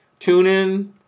TuneIn